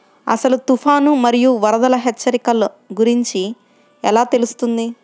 అసలు తుఫాను మరియు వరదల హెచ్చరికల గురించి ఎలా తెలుస్తుంది?